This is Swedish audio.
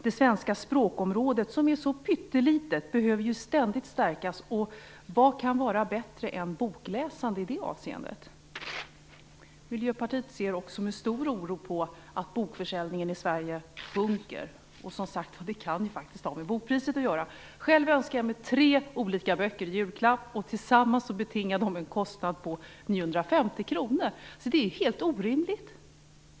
Det svenska språkområdet, som är så pyttelitet, behöver ständigt stärkas. Vad kan vara bättre än bokläsandet i det avseendet? Miljöpartiet ser med stor oro på att bokförsäljningen i Sverige sjunker. Det kan ha med bokpriset att göra. Själv önskar jag mig tre böcker i julklapp. Tillsammans betingar de en kostnad på 950 kr. Det är helt orimligt.